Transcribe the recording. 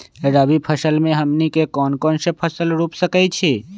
रबी फसल में हमनी के कौन कौन से फसल रूप सकैछि?